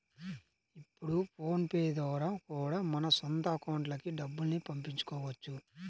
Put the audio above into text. ఇప్పుడు ఫోన్ పే ద్వారా కూడా మన సొంత అకౌంట్లకి డబ్బుల్ని పంపించుకోవచ్చు